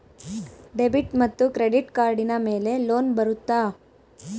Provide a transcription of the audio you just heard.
Debit ಮತ್ತು credit ಕಾರ್ಡಿನ ಮೇಲೆ ಲೋನ್ ಬರುತ್ತಾ?